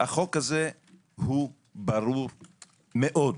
החוק הזה הוא ברור מאוד.